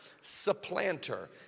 supplanter